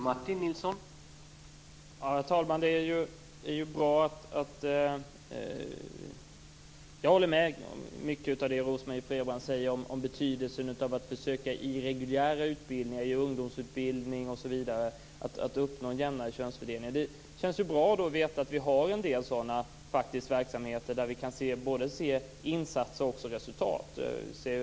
Herr talman! Jag håller med mycket av det Rose Marie Frebran säger om betydelsen av att i reguljär utbildning, ungdomsutbildning, osv. uppnå en jämnare könsfördelning. Det känns bra att veta att vi har en del sådana verksamheter där vi både kan se insatser och resultat.